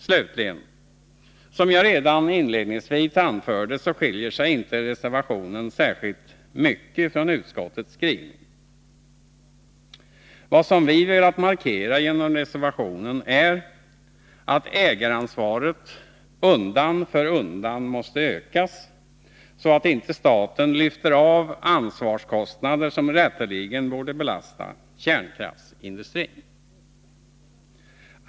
Slutligen: Som jag redan inledningsvis anförde skiljer sig inte reservationen särskilt mycket från utskottets skrivning. Vad vi velat markera genom reservationen är att ägaransvaret undan för undan måste ökas, så att inte staten lyfter av ansvarskostnader som rätteligen borde belasta kärnkraftsindustrin.